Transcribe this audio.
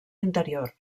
interior